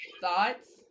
thoughts